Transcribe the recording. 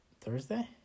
Thursday